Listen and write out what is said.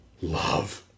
love